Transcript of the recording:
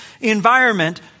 environment